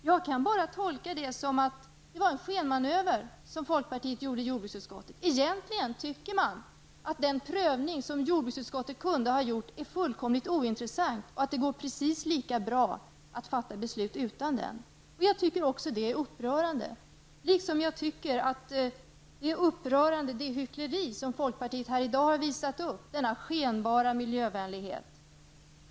Jag kan bara tolka detta på ett sådant sätt att det bara var en skenmanöver som folkpartisterna gjorde i jordbruksutskottet. Egentligen tycker de att den prövning som jordbruksutskottet kunde ha gjort är fullkomligt ointressant och att det går precis lika bra att fatta beslut utan denna prövning. Jag tycker att det är upprörande liksom jag tycker att det hyckleri som folkpartisterna i dag har visat upp är upprörande, deras skenbara miljövänlighet.